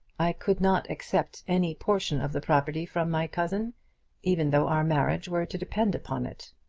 i could not accept any portion of the property from my cousin even though our marriage were to depend upon it.